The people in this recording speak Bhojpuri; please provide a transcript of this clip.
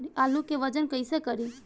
आलू के वजन कैसे करी?